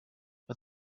but